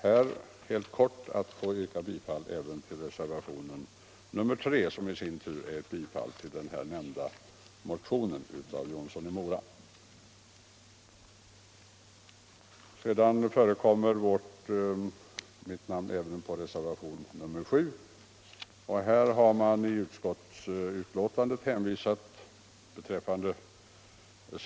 Jag ber att få yrka bifall till reservationen 3, vilket i sin tur innebär bifall till den här nämnda motionen av herr Jonsson i Mora. Mitt namn förekommer även under reservationen 7, som gäller sänkt pensionsålder för yrkesfiskare.